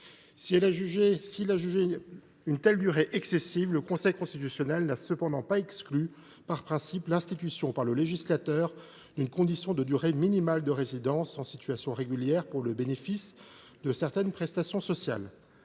S’il a jugé une telle durée excessive, le Conseil constitutionnel n’a en revanche pas exclu, par principe, l’institution par le législateur d’une condition de durée minimale de résidence en situation régulière pour le bénéfice de certaines prestations sociales.